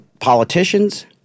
politicians